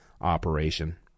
operation